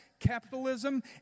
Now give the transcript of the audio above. Capitalism